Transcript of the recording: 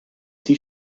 sie